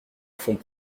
font